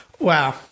Wow